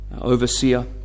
overseer